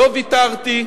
לא ויתרנו,